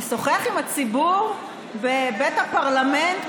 לשוחח עם הציבור בבית הפרלמנט,